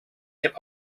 hip